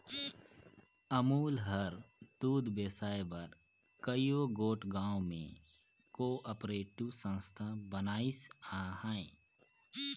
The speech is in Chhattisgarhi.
अमूल हर दूद बेसाए बर कइयो गोट गाँव में को आपरेटिव संस्था बनाइस अहे